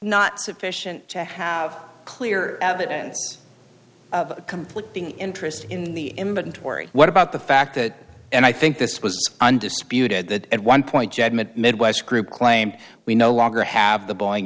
not sufficient to have clear evidence of a complete being interest in the inventory what about the fact that and i think this was undisputed that at one point judgment midwest group claimed we no longer have the boeing